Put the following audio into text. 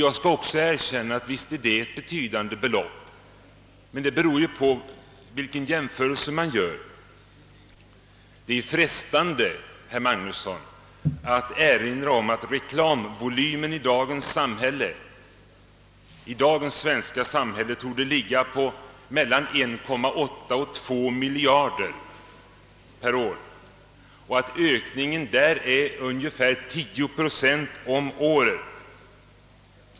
Jag erkänner också att detta belopp är betydande, men det hela beror på vilka jämförelser man gör. Det är frestande, herr Magnusson, att erinra om att reklamvolymen i dagens svenska samhälle torde uppgå till ett belopp av mellan 1,8 och två miljarder kronor per år och att ökningen på detta område är ungefär 10 procent om året.